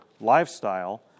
lifestyle